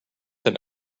than